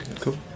cool